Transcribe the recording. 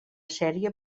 sèrie